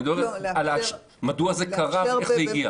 אני מדבר על מדוע זה קרה ואיך זה הגיע.